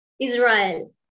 Israel